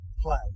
play